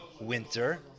winter